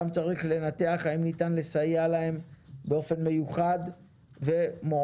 צריך לנתח האם ניתן לסייע להם באופן מיוחד ומועדף.